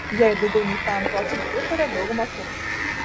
jei daugiau nei pem procentų pritaria daugumą turim